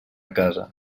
casa